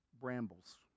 brambles